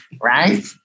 Right